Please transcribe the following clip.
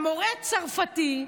המורה הצרפתי,